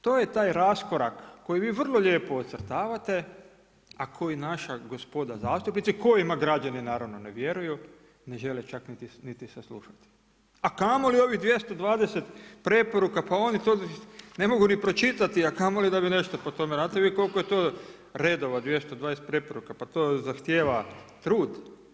To je tak raskorak koji vi vrlo lijepo ocrtavate a koji naša gospoda zastupnici, kojima građani naravno ne vjeruju, ne žele čak niti saslušati a kamoli ovih 220 preporuka, pa oni to ne mogu ni pročitati a kamoli da bi nešto po tome, znate vi koliko je to redova 220 preporuka, pa to zahtijeva trud.